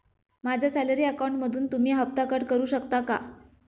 माझ्या सॅलरी अकाउंटमधून तुम्ही हफ्ता कट करू शकता का?